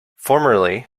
formerly